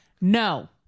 No